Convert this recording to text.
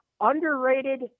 underrated